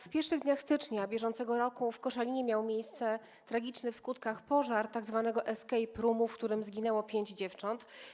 W pierwszych dniach stycznia br. w Koszalinie miał miejsce tragiczny w skutkach pożar tzw. escape roomu, w którym zginęło pięć dziewcząt.